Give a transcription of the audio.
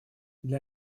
для